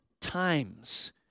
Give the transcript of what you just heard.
times